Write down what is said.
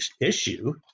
issue